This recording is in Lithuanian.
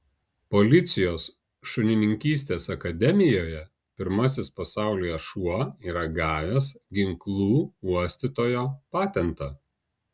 policijos šunininkystės akademijoje pirmasis pasaulyje šuo yra gavęs ginklų uostytojo patentą